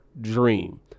dream